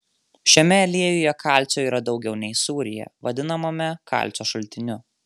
šiame aliejuje kalcio yra daugiau nei sūryje vadinamame kalcio šaltiniu